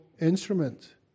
instrument